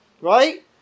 Right